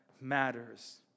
matters